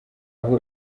aho